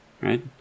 right